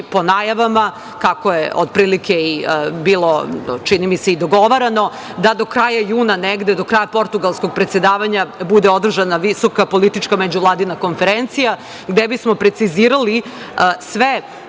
po najavama kako je otprilike bilo čini mi se i dogovarano, da do kraja juna negde, do kraja Portugalskog predsedavanja bude održana visoka politička Međuvladina konferencija gde bismo precizirali sve